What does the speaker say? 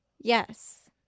Yes